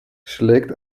schlägt